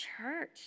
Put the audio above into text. church